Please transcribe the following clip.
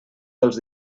dels